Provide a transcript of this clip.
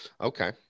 Okay